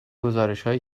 گزارشهایی